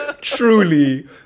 truly